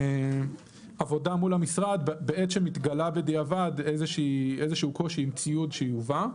ועבודה מול המשרד בעת שמתגלה בדיעבד איזשהו קושי עם ציוד שיובא.